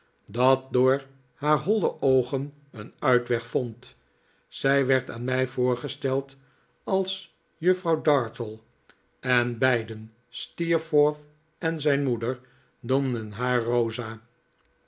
dat door haar holle oogen een uitweg vond zij werd aan mij voorgesteld als juffrouw dartle en beiden steerforth en zijn moeder noemden haar rosa